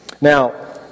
Now